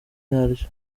ryaryo